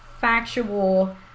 factual